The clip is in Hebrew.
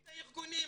את הארגונים.